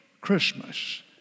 Christmas